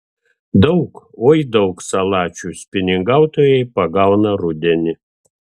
daug oi daug salačių spiningautojai pagauna rudenį